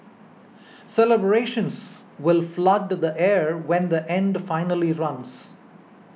celebrations will flood the air when the end finally runs